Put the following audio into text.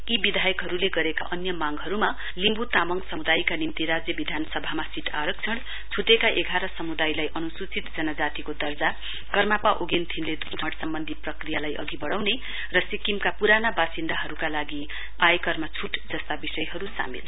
यी विधायकहरूले गरेका अन्य मांगहरूमा लिम्बु तामङ समुदायका निम्ति राज्य विधानसभामा सीट आरक्षण छुटेका एघार समुदायलाई अनुसूचित जनजातिको दर्जा कर्मापा उगेन थिन्ले दोर्जीको सिक्किम भ्रमण सम्बन्धी प्रक्रियालाई अघि बढ्राउने र सिक्किमका पुराना वासिन्दाहरूका लागि आयकरमा छूट जस्ता विषयहरू सामेल छन्